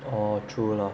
or true lah